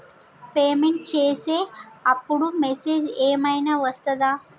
Payment చేసే అప్పుడు message ఏం ఐనా వస్తదా?